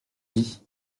dit